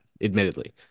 admittedly